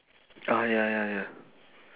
ah ya ya ya